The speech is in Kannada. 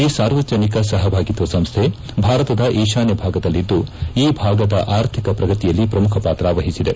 ಈ ಸಾರ್ವಜನಿಕ ಸಹಭಾಗಿತ್ವ ಸಂಸ್ತ ಭಾರತದ ಈಶಾನ್ಯ ಭಾಗದಲ್ಲಿದ್ದು ಈ ಭಾಗದ ಆರ್ಥಿಕ ಪ್ರಗತಿಯಲ್ಲಿ ಪ್ರಮುಖ ಪಾತ್ರ ವಹಿಸಿದೆ